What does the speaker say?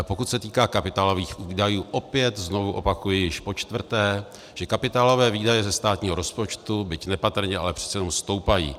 Pokud se týká kapitálových výdajů, opět, znovu opakuji, již počtvrté, že kapitálové výdaje ze státního rozpočtu, byť nepatrně, ale přece jenom stoupají.